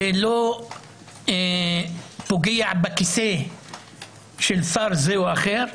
זה לא פוגע בכיסא של שר זה או אחר,